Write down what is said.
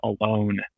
alone